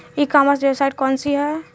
ई commerce website कौन सी है?